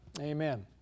Amen